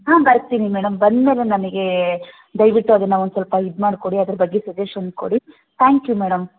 ಹಾಂ ಬರ್ತೀನಿ ಮೇಡಮ್ ಬಂದ ಮೇಲೆ ನನಗೆ ದಯವಿಟ್ಟು ಅದನ್ನು ಒಂದು ಸ್ವಲ್ಪ ಇದು ಮಾಡಿಕೊಡಿ ಅದ್ರ ಬಗ್ಗೆ ಸಜೇಷನ್ ಕೊಡಿ ಥ್ಯಾಂಕ್ ಯು ಮೇಡಮ್